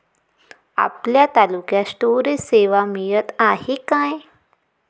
आपल्या तालुक्यात स्टोरेज सेवा मिळत हाये का?